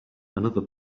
another